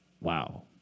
Wow